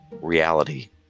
reality